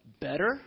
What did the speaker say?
better